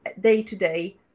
day-to-day